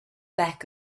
back